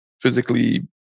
physically